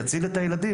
יציל את הילדים,